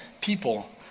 people